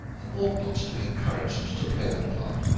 and ought not to be encouraged to play that part.